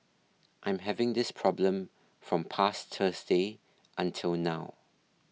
I'm having this problem from past Thursday until now